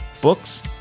books